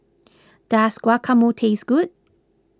does Guacamole taste good